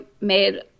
made